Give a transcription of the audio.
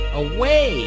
away